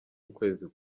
ukwezi